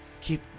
keep